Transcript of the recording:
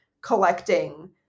collecting